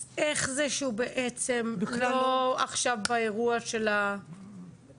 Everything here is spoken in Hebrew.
אז איך זה שהוא בעצם לא עכשיו באירוע --- איך